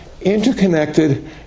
interconnected